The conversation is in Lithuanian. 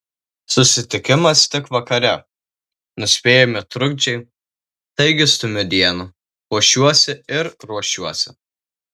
susitikimas tik vakare nuspėjami trukdžiai taigi stumiu dieną puošiuosi ir ruošiuosi